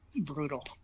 brutal